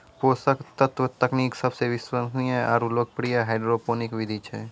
पोषक तत्व तकनीक सबसे विश्वसनीय आरु लोकप्रिय हाइड्रोपोनिक विधि छै